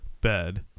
bed